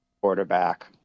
quarterback